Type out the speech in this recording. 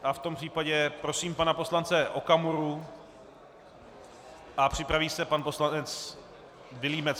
V tom případě prosím pana poslance Okamuru a připraví se pan poslanec Vilímec.